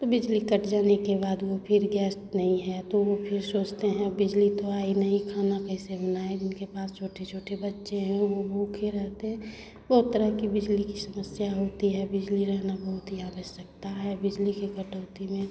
तो बिजली कट जाने के बाद वो फिर गैस नहीं है तो वो फिर सोचते हैं बिजली तो आई नहीं खाना कैसे बनाएँ जिनके पास छोटे छोटे बच्चे हैं वो भूखे रहते हैं बहुत तरह की बिजली की समस्या होती है बिजली रहना बहुत ही आवश्यकता है बिजली के कटौती में